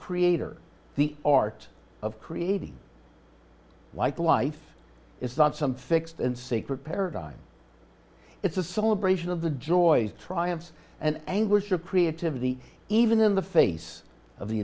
creator the art of creating like life is not some fixed and sacred paradigm it's a celebration of the joy triumphs and anguish of creativity even in the face of the